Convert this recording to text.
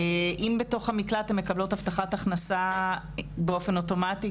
בתוך המקלט הן מקבלות הבטחת הכנסה באופן אוטומטי,